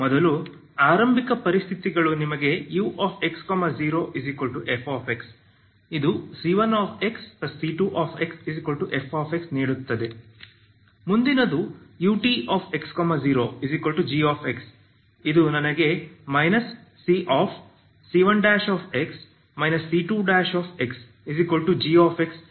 ಮೊದಲು ಆರಂಭಿಕ ಪರಿಸ್ಥಿತಿಗಳು ನಿಮಗೆ ux0f ಇದು c1xc2xf ನೀಡುತ್ತದೆ ಮುಂದಿನದು utx0g ಇದು ನನಗೆ cc1x c2xgx ನೀಡುತ್ತದೆ